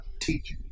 teach